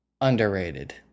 underrated